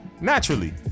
Naturally